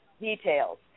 details